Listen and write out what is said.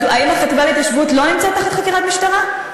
האם החטיבה להתיישבות לא נמצאת תחת חקירת משטרה?